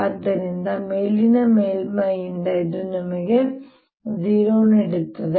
ಆದ್ದರಿಂದ ಮೇಲಿನ ಮೇಲ್ಮೈಯಿಂದ ಇದು ನಿಮಗೆ 0 ನೀಡುತ್ತದೆ